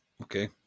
okay